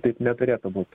taip neturėtų būt